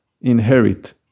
inherit